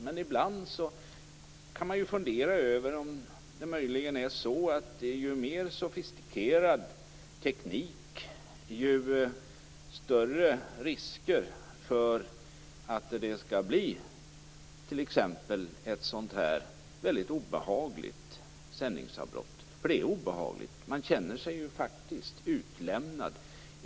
Men ibland kan man fundera över om det möjligen är så att ju mer sofistikerad tekniken är, desto större är risken för att det skall bli t.ex. ett sådant här väldigt obehagligt sändningsavbrott. För det är obehagligt. Man känner sig faktiskt utlämnad.